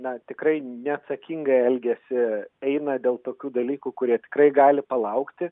na tikrai neatsakingai elgiasi eina dėl tokių dalykų kurie tikrai gali palaukti